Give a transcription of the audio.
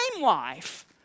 life